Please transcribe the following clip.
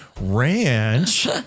ranch